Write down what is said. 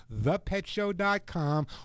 thepetshow.com